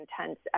intense